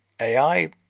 AI